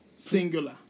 Singular